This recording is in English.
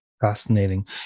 Fascinating